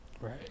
right